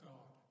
God